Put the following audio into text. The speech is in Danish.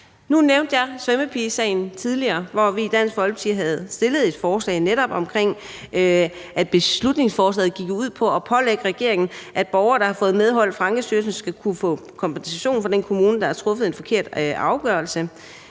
Nu nævnte jeg svømmepigesagen tidligere, hvor vi i Dansk Folkeparti havde fremsat et beslutningsforslag om netop at pålægge regeringen at sørge for, at borgere, der har fået medhold af Ankestyrelsen, skal kunne få kompensation fra den kommune, der har truffet en forkert afgørelse.